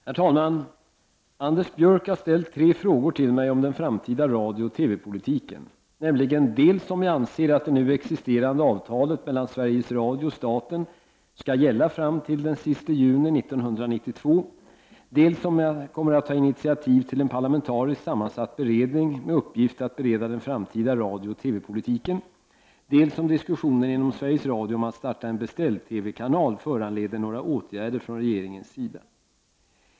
Herr talman! Anders Björck har ställt tre frågor till mig om den framtida radiooch TV-politiken, nämligen dels om jag anser att det nu existerande avtalet mellan Sveriges Radio och staten skall gälla fram till den 30 juni 1992, dels om jag kommer att ta initiativ till en parlamentariskt sammansatt beredning med uppgift att bereda den framtida radiooch TV-politiken, dels om diskussionerna inom Sveriges Radio om att starta en beställ-TV-kanal föranleder några åtgärder från regeringens sida.